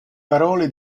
parole